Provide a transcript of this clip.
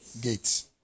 gates